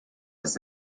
ist